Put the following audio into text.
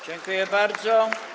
Dziękuję bardzo.